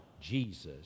Jesus